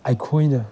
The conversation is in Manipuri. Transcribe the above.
ꯑꯩꯈꯣꯏꯅ